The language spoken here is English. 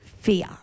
fear